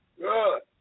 Good